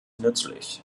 nützlich